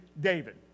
David